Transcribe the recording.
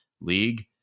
league